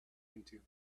into